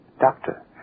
Doctor